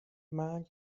مرگ